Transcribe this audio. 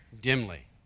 dimly